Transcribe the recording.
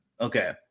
Okay